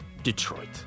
Detroit